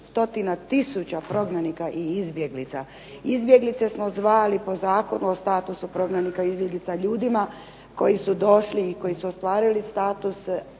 stotina tisuća prognanika i izbjeglica. Izbjeglice smo zvali po Zakonu o statusu prognanika i izbjeglica ljudima koji su došli i ostvarili status.